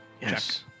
Yes